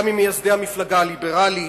הוא היה ממייסדי המפלגה הליברלית,